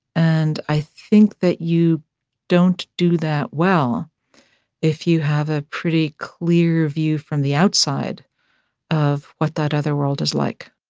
and i think that you don't do that well if you have a pretty clear view from the outside of what that other world is like